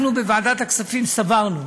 אנחנו בוועדת הכספים סברנו,